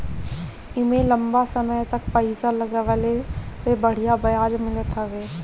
एमे लंबा समय तक पईसा लगवले पे बढ़िया ब्याज मिलत हवे